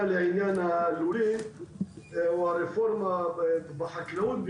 לעניין הלולים או הרפורמה בחקלאות,